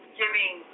giving